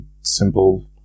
simple